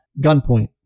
gunpoint